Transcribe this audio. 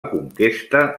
conquesta